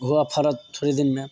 ओहो आब फड़त थोड़े दिनमे